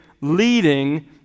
leading